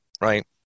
right